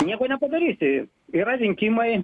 nieko nepadarysi yra rinkimai